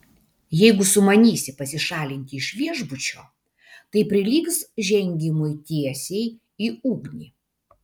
jeigu sumanysi pasišalinti iš viešbučio tai prilygs žengimui tiesiai į ugnį